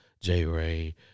J-Ray